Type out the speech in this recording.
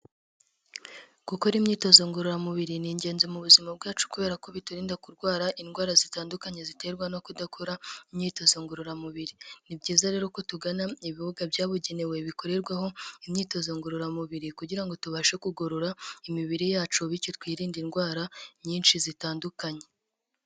Gukora imyitozo ngororamubiri, ni ingenzi mu buzima bwacu kubera ko biturinda kurwara indwara zitandukanye, ziterwa no kudakora imyitozo ngororamubiri, ni byiza rero ko tugana ibibuga byabugenewe, bikorerwaho imyitozo ngororamubiri, kugira ngo tubashe kugorora imibiri yacu bityo twirinde indwara nyinshi zitandukanye.